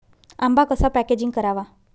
आंबा कसा पॅकेजिंग करावा?